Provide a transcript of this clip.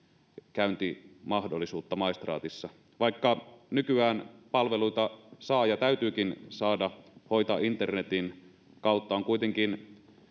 käyntimahdollisuutta maistraatissa vaikka nykyään palveluita saa ja täytyykin saada hoitaa internetin kautta on kuitenkin